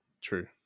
true